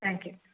thank you